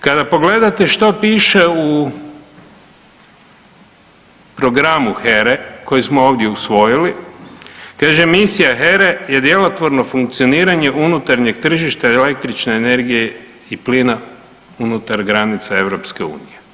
Kada pogledate što piše u programu HERA-e koji smo ovdje usvojili, kaže misija HERA-e je djelotvorno funkcioniranje unutarnjeg tržišta električne energije i plina unutar granica EU.